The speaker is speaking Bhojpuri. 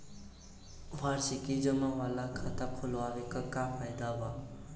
वार्षिकी जमा वाला खाता खोलवावे के का फायदा बा?